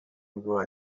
میگفت